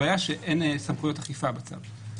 הבעיה שאין סמכויות אכיפה בצו.